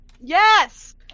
Yes